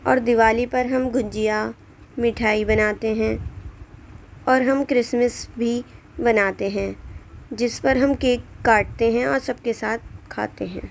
اور دیوالی پر ہم گجیا مٹھائی بناتے ہیں اور ہم کرسمس بھی مناتے ہیں جس پر ہم کیک کاٹتے ہیں اور سب کے ساتھ کھاتے ہیں